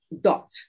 dot